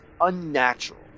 unnatural